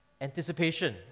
anticipation